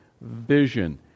vision